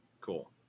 cool